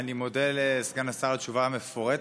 אני מודה לסגן השר על התשובה המפורטת,